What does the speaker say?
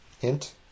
Hint